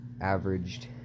averaged